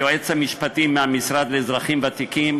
היועץ המשפטי מהמשרד לאזרחים ותיקים,